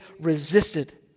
resisted